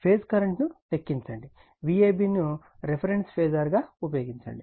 phase కరెంట్ను లెక్కించండి Vab ను రిఫరెన్స్ ఫేజార్ గా ఉపయోగించండి